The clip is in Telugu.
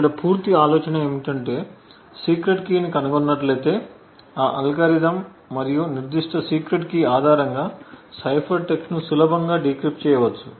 ఇక్కడ పూర్తి ఆలోచన ఏమిటంటే సీక్రెట్ కీ ని కనుగొన్నట్లయితే ఆ అల్గోరిథం మరియు నిర్దిష్ట సీక్రెట్ కీ ఆధారంగా సైఫర్ టెక్స్ట్ ను సులభంగా డీక్రిప్ట్ చేయవచ్చు